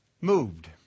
moved